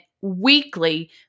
weekly